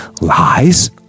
Lies